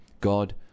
God